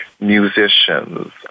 musicians